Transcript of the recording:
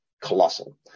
colossal